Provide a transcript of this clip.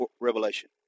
revelation